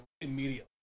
immediately